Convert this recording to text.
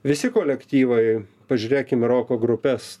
visi kolektyvai pažiūrėkim į roko grupes